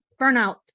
Burnout